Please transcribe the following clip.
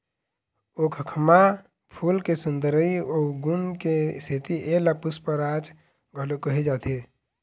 खोखमा फूल के सुंदरई अउ गुन के सेती एला पुस्पराज घलोक कहे जाथे